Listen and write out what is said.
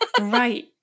right